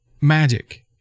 magic